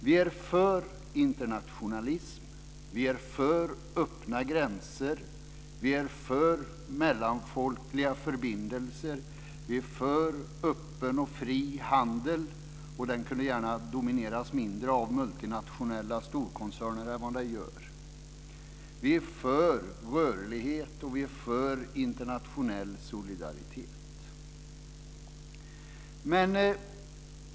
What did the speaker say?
Vi är för internationalism, vi är för öppna gränser, vi är för mellanfolkliga förbindelser, vi är för öppen och fri handel - den kunde gärna domineras mindre av multinationella storkoncerner - vi är för rörlighet och vi är för internationell solidaritet.